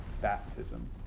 baptism